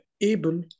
able